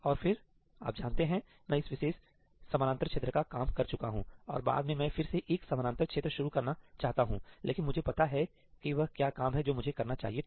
और फिर आप जानते हैं मैं इस विशेष समानांतर क्षेत्र का काम कर चुका हूं और बाद में मैं फिर से एक समानांतर क्षेत्र शुरू करना चाहता हूं लेकिन मुझे पता है कि वह क्या काम है जो मुझे करना चाहिए था